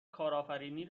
کارآفرینی